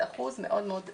זה אחוז מאוד מאוד נמוך,